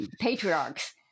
patriarchs